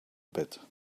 bit